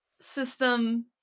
System